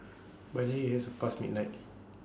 by then IT has past midnight